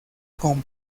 con